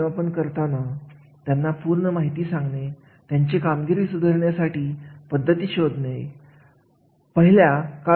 अशा प्रकारचे सर्व कार्य या माहिती पुस्तिकेचे मध्ये समाविष्ट केलेली असतात यालाच कार्याचे अवलोकन असे म्हणतात